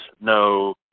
no